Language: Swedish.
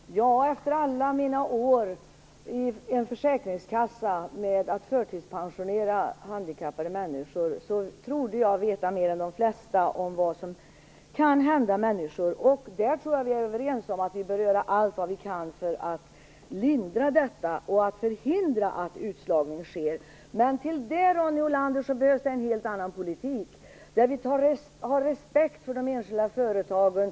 Herr talman! Efter alla mina år på en försäkringskassa med uppgiften att förtidspensionera handikappade människor trodde jag mig veta mer än de flesta om vad som kan hända människor. Jag tror att vi där är överens. Vi behöver göra allt vi kan för att lindra och för att förhindra att utslagning sker. Men, Ronny Olander, det kräver en helt annan politik som betyder att vi har respekt för de enskilda företagen.